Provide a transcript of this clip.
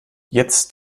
jetzt